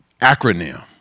acronym